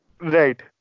Right